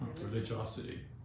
religiosity